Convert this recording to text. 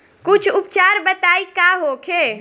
कुछ उपचार बताई का होखे?